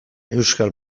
euskal